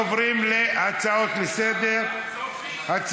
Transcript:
עוברים להצעות לסדר-היום,